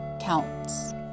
counts